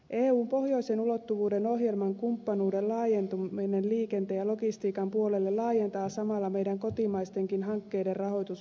eun pohjoisen ulottuvuuden kumppanuuden ohjelman laajentuminen liikenteen ja logistiikan puolelle laajentaa samalla meidän kotimaistenkin hankkeidemme rahoitusmahdollisuuksia